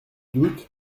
doute